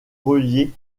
relié